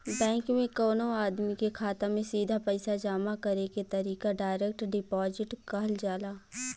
bank में कवनो आदमी के खाता में सीधा पईसा जामा करे के तरीका डायरेक्ट डिपॉजिट कहल जाला